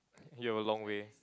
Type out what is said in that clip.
you have a long way